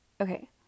Okay